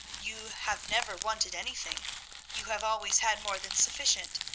you have never wanted anything you have always had more than sufficient.